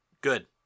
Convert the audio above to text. Good